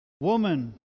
Woman